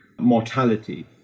mortality